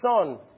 son